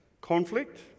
Conflict